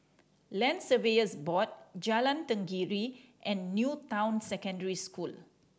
Land Surveyors Board Jalan Tenggiri and New Town Secondary School